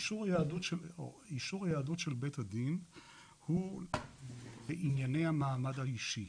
אישור יהדות של בית הדין הוא בענייני המעמד האישי,